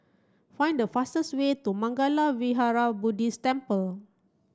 find the fastest way to Mangala Vihara Buddhist Temple